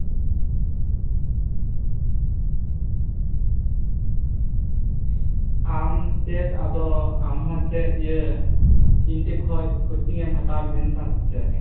ᱟᱢ ᱪᱮᱫ ᱟᱫᱚ ᱟᱢᱦᱚᱸ ᱪᱮᱫ ᱤᱭᱟᱹ ᱤᱧ ᱴᱷᱮᱡ ᱠᱷᱚᱡ ᱠᱳᱪᱤᱝᱮᱢ ᱦᱟᱛᱟᱣᱮᱢ ᱢᱮᱱᱫᱟ ᱥᱮ ᱪᱮᱫ